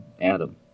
Adam